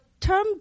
term